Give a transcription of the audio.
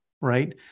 right